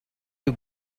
you